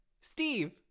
Steve